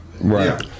Right